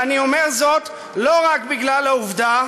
ואני אומר זאת לא רק בגלל העובדה